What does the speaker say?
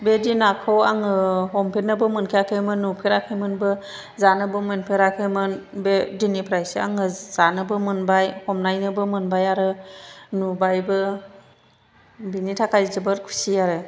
बेबायदि नाखौ आङो हमफेरनोबो मोनखायाखैमोन नुफेराखैमोनबो जानोबो मोनफेराखैमोन बे दिननिफ्रायसो आङो जानोबो मोनबाय हमनायनोबो मोनबाय आरो नुबायबो बिनि थाखाय जोबोर खुसि आरो